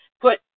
put